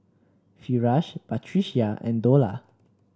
Firash Batrisya and Dollah